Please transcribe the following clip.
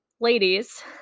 ladies